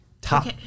Top